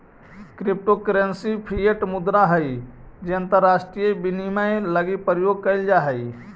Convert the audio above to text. crypto currency fiat मुद्रा हइ जे अंतरराष्ट्रीय विनिमय लगी प्रयोग कैल जा हइ